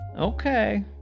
okay